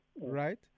right